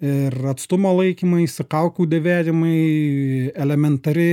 ir atstumo laikymaisi kaukių dėvėjimai elementari